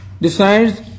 decides